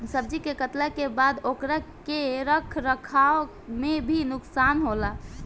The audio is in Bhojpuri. सब्जी के काटला के बाद ओकरा के रख रखाव में भी नुकसान होला